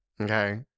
okay